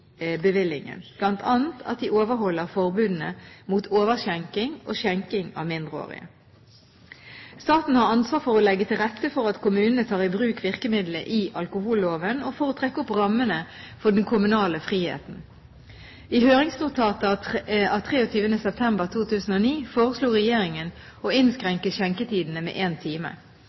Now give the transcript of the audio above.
bevillingen, bl.a. at de overholder forbudene mot overskjenking og skjenking av mindreårige. Staten har ansvar for å legge til rette for at kommunene tar i bruk virkemidlene i alkoholloven, og for å trekke opp rammene for den kommunale friheten. I høringsnotatet av 23. september 2009 foreslo Regjeringen å innskrenke skjenketidene med én time.